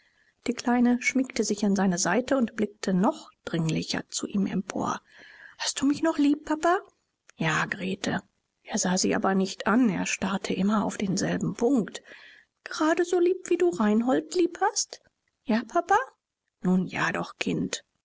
die kleine schmiegte sich an seine seite und blickte noch dringlicher zu ihm empor hast du mich noch lieb papa ja grete er sah sie aber nicht an er starrte immer auf denselben punkt gerade so lieb wie du reinhold lieb hast ja papa nun ja doch kind